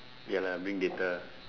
ya lah bring data